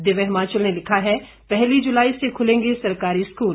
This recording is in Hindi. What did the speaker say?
दिव्य हिमाचल ने लिखा है पहली जुलाई से खुलेंगे सरकारी स्कूल